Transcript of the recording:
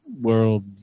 world